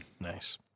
Nice